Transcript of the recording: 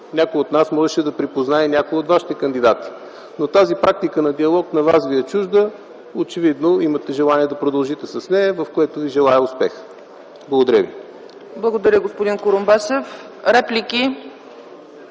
някой от нас можеше да припознае някой от вашите кандидати. Но тази практика на диалог на вас ви е чужда, очевидно имате желание да продължите с нея, в което ви желая успех. Благодаря ви. ПРЕДСЕДАТЕЛ ЦЕЦКА ЦАЧЕВА: Благодаря, господин Курумбашев. Реплики?